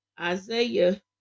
Isaiah